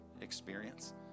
experience